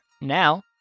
now